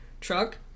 truck